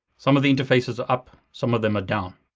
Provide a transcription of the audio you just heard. some of the interfaces are up, some of them are down.